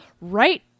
right